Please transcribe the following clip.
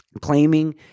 claiming